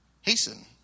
Hasten